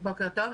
בוקר טוב,